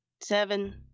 Seven